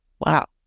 Wow